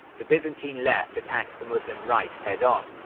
the byzantine left attacked the muslim right head-on.